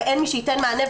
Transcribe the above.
ואין מי שייתן מענה.